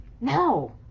No